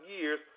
years